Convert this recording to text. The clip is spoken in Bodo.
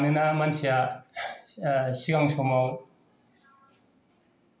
मानोना मानसिआ सिगां समाव